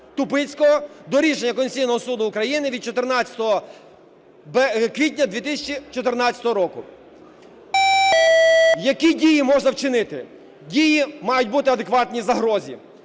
Тупицького до рішення Конституційного Суду України від 14 квітня 2014. Які дії можна вчинити? Дії мають бути адекватні загрозі.